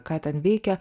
ką ten veikia